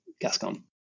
Gascon